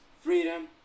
freedom